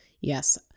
yes